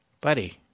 Buddy